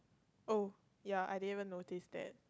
oh ya I didn't even notice that